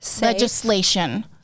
legislation